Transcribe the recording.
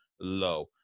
low